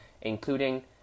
including